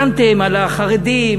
דנתם על החרדים,